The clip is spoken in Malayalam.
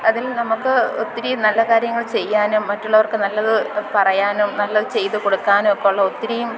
അതിൽ നമുക്ക് ഒത്തിരിം നല്ല കാര്യങ്ങൾ ചെയ്യാനും മറ്റുള്ളവർക്ക് നല്ലത് പറയാനും നല്ലത് ചെയ്തു കൊടുക്കാനും ഒക്കെ ഉള്ള ഒത്തിരിം